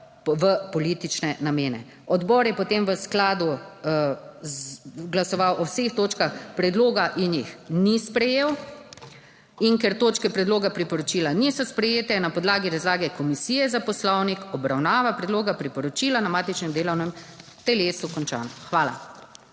v politične namene. Odbor je potem v skladu z glasoval o vseh točkah predloga in jih ni sprejel. In ker točke predloga priporočila niso sprejete, na podlagi razlage Komisije za Poslovnik obravnava predloga priporočila na matičnem delovnem telesu končana. Hvala.